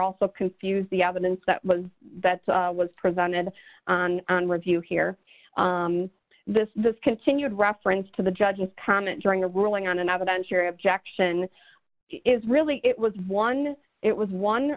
also confuse the evidence that was that was presented to review here this continued reference to the judge's comment during a ruling on another bench your objection is really it was one it was one